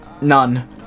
None